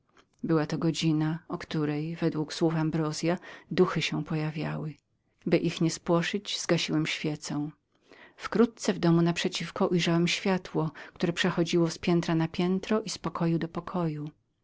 była to godzina w której według słów ambrozio duchy się pojawiały dla niespłoszenia ich zagasiłem świecę wkrótce w domu na przeciwko ujrzałem światło które przechodziło z piętra na piętro i z pokoju do pokoju